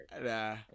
nah